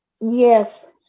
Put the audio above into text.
Yes